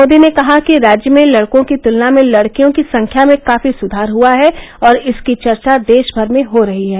मोदी ने कहा कि राज्य में लड़कों की तुलना में लड़कियों की संख्या में काफी सुधार हुआ है और इसकी चर्चा देशभर में हो रही है